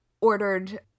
ordered